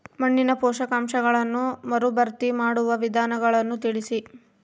ಮಣ್ಣಿನ ಪೋಷಕಾಂಶಗಳನ್ನು ಮರುಭರ್ತಿ ಮಾಡುವ ವಿಧಾನಗಳನ್ನು ತಿಳಿಸಿ?